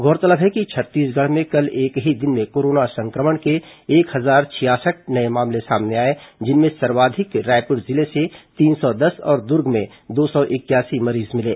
गौरतलब है कि छत्तीसगढ़ में कल एक ही दिन में कोरोना संक्रमण के एक हजार छियासठ नये मामले सामने आए जिनमें सर्वाधिक रायपुर जिले से तीन सौ दस और दुर्ग में दो सौ इकयासी मरीज मिले